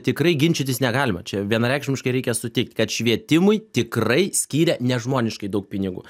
tikrai ginčytis negalima čia vienareikšmiškai reikia sutikt kad švietimui tikrai skiria nežmoniškai daug pinigų